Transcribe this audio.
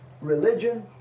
religion